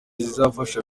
zifasha